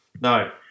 No